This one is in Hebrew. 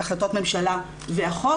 החלטות הממשלה והחוק.